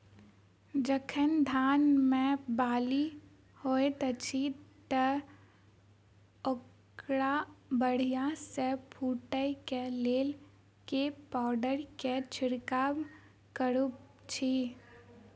जखन धान मे बाली हएत अछि तऽ ओकरा बढ़िया सँ फूटै केँ लेल केँ पावडर केँ छिरकाव करऽ छी?